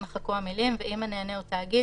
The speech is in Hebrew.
יימחקו המילים "ואם הנהנה הוא תאגיד,